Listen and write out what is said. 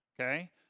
okay